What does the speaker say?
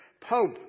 pope